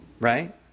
right